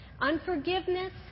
unforgiveness